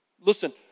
Listen